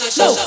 no